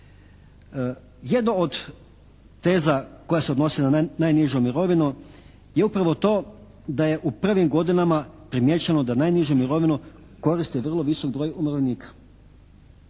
Jedno od teza koja se odnosi na najnižu mirovinu je upravo to da je u prvim godinama primijećeno da najnižu mirovinu koriste vrlo visok broj umirovljenika,